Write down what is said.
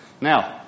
Now